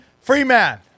Freeman